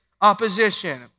opposition